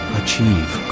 achieve